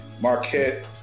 Marquette